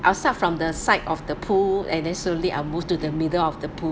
I will start from the side of the pool and then slowly I will move to the middle of the pool